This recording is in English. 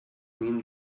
mean